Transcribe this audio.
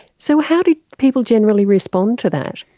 so how did people generally respond to that?